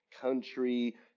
country